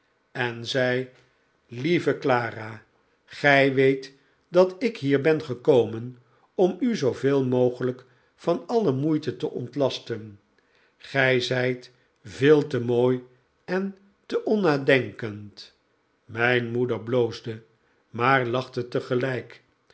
en zei lieve clara gij weet dat ik hier ben gekomen om u zooveel mogelijk van alle moeite te ontlasten gij zijt veel te mooi en te onnadenkend mijn moeder bloosde maar lachte tegelijk